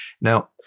Now